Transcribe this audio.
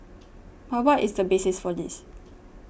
but what is the basis for this